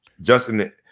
Justin